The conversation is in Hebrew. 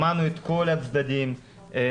שמענו את כל הצדדים באחריות.